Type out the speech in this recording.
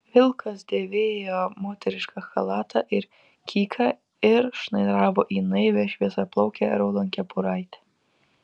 vilkas dėvėjo moterišką chalatą ir kyką ir šnairavo į naivią šviesiaplaukę raudonkepuraitę